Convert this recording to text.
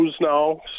now